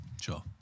Sure